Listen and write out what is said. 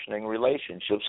relationships